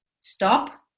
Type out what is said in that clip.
stop